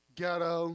ghetto